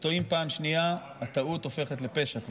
כשטועים פעם שנייה, הטעות כבר הופכת לפשע.